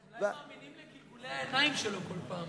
כנראה.